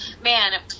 man